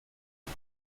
und